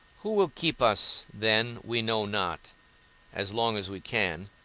who will keep us then we know not as long as we can,